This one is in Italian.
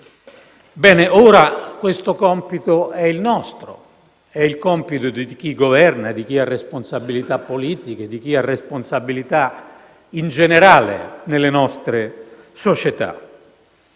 Bene, ora questo compito è il nostro, è il compito di chi governa, di chi ha responsabilità politiche e di chi ha responsabilità in generale nelle nostre società.